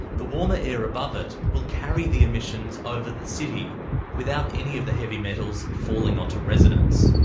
the warmer air above it will carry the emissions over the city without any of the heavy metals falling onto residents.